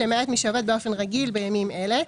למעט מי שעובד באופן רגיל בימים אלה,